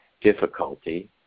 difficulty